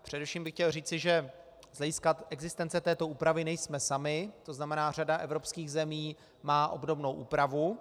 Především bych chtěl říci, že z hlediska existence této úpravy nejsme sami, tzn. řada evropských zemí má obdobnou úpravu.